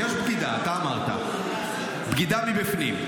יש בגידה, אתה אמרת, בגידה מבפנים.